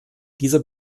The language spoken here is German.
dieser